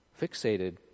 Fixated